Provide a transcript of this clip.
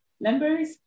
members